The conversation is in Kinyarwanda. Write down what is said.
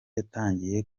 yatangiye